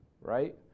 right